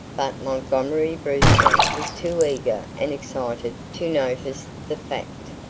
but montgomery brewster was too eager and excited to notice the fact.